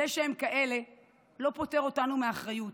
זה שהם כאלה לא פוטר אותנו מאחריות.